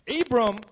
Abram